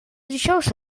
dijous